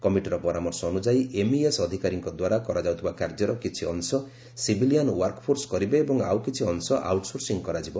କମିଟିର ପରାମର୍ଶ ଅନୁଯାୟୀ ଏମ୍ଇଏସ୍ ଅଧିକାରୀଙ୍କ ଦ୍ୱାରା କରାଯାଉଥିବା କାର୍ଯ୍ୟର କିଛି ଅଂଶ ସିଭିଲିଆନ୍ ୱାର୍କଫୋର୍ସ କରିବେ ଏବଂ ଆଉ କିଛି ଅଂଶ ଆଉଟ୍ସୋର୍ସିଂ କରାଯିବ